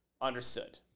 understood